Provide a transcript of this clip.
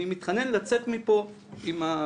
אני מתחנן לצאת מפה עם הפתרון.